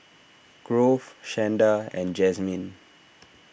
Grove Shanda and Jasmyne